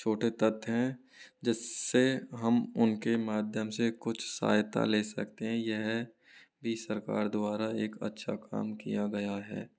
छोटे तथ्य हैं जिससे हम उनके माध्यम से कुछ सहायता ले सकते हैं यह भी सरकार द्वारा एक अच्छा काम किया गया है